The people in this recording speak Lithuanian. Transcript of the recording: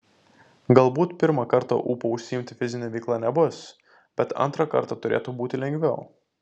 galbūt pirmą kartą ūpo užsiimti fizine veikla nebus bet antrą kartą turėtų būti lengviau